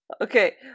Okay